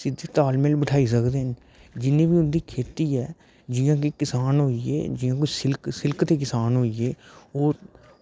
चार दिन बैठाई सकदे न जिन्नी बी उंदी खेती ऐ जियां की किसान होइये जियां कि सिल्क सिल्क दे किसान होइये ओह्